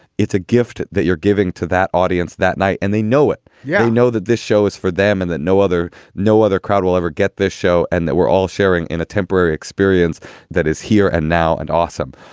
it's a gift that you're giving to that audience that night and they know it. yeah, i know that this show is for them and that no other no other crowd will ever get this show and that we're all sharing in a temporary experience that is here and now and awesome.